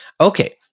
Okay